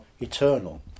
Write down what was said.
eternal